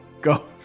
Go